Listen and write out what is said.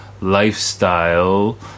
lifestyle